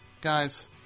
guys